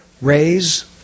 raise